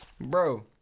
bro